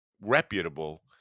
reputable